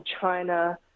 China